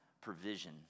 provision